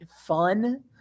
fun